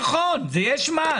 אנשי האוצר כתבו מס גודש.